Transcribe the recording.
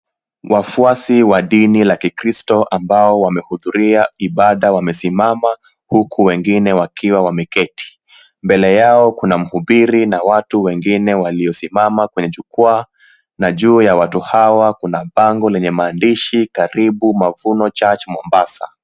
Wafuasi wa dini ya Kikristo waliohudhuria ibada wamesimama huku wengine wakiwa wameketi. Mbele yao kuna mhubiri pamoja na watu wengine waliosimama kwenye jukwaa, na juu yao kuna bango lenye maandishi Karibu Mavuno Church Mombasa .